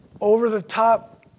over-the-top